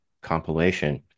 compilation